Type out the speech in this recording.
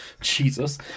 Jesus